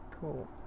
cool